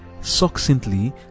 succinctly